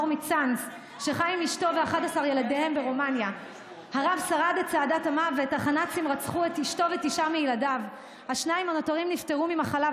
ששמר על מסורת התורה ועל הגחלת היהודית,